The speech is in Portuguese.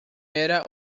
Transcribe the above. era